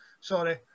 Sorry